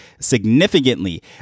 significantly